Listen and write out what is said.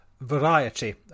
variety